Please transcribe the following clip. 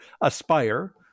aspire